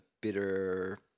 bitter